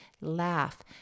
laugh